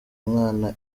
mwana